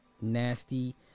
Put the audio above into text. nasty